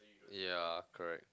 ya correct